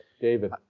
David